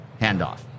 handoff